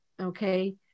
Okay